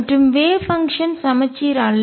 மற்றும் wave function அலை செயல்பாடு சமச்சீர் அல்ல